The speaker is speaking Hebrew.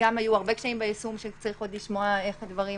עלו הרבה קשיים ביישום שצריך עוד לשמוע איך הדברים